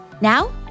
Now